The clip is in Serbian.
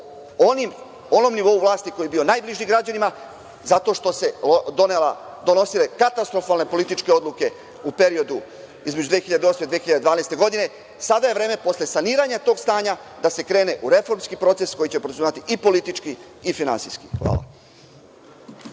onom nivou vlasti koji je bio najbliži građanima, zato što su se donosile katastrofalne političke odluke u periodu između 2008. i 2012. godine. Sada je vreme posle saniranja tog stanja da se krene u reformski proces, koji će podrazumevati i politički i finansijski. Hvala.